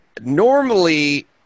normally